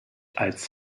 als